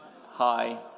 Hi